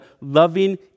loving